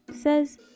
says